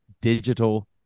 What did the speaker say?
digital